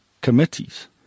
committees